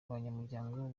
abanyamuryango